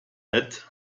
nett